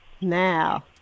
Now